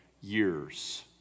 years